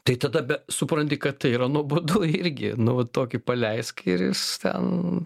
tai tada supranti kad tai yra nuobodu irgi nu va tokį paleisk ir jis ten